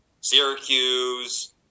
Syracuse